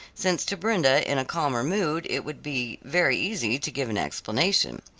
since to brenda in a calmer mood it would be very easy to give an explanation.